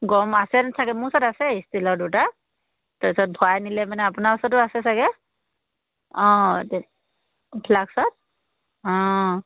গৰম আছে চাগে মোৰ ওচৰত আছে ষ্টীলৰ দুটা তাৰপিছত ভৰাই নিলে মানে আপোনাৰ ওচৰতো আছে চাগে অঁ তে ফ্লাক্সত অঁ